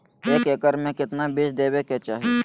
एक एकड़ मे केतना बीज देवे के चाहि?